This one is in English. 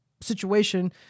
situation